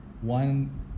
one